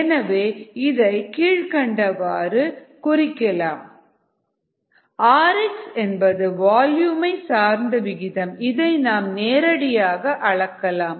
எனவே இதை கீழ்க்கண்டவாறு குறிக்கலாம் rg ddtVdxdt rx என்பது வால்யூமை சார்ந்த விகிதம் இதை நாம் நேரடியாக அளக்கலாம்